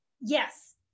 Yes